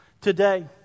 today